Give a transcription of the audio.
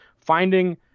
finding